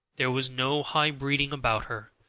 there was no high breeding about her,